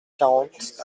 quarante